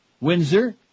Windsor